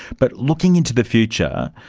but looking into the future,